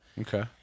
okay